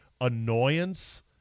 annoyance